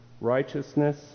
Righteousness